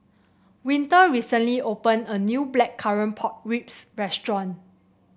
Winter recently opened a new Blackcurrant Pork Ribs restaurant